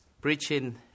Preaching